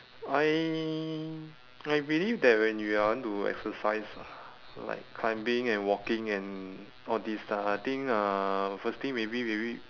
I I believe that when you are want to exercise ah like climbing and walking and all this ah I think uh first thing maybe maybe